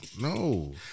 no